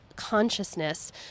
consciousness